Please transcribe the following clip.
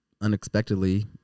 unexpectedly